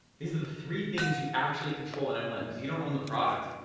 these are the three things you actually control in mlm cause you don't own the product.